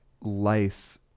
lice